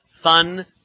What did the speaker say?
fun